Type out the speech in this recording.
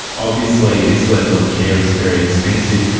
obviously this level of care is very expensive.